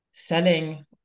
selling